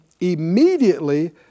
immediately